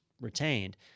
retained